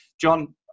john